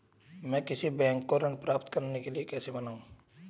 मैं किसी बैंक को ऋण प्राप्त करने के लिए कैसे मनाऊं?